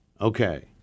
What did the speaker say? Okay